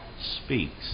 speaks